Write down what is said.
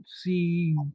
see